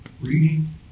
reading